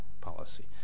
policy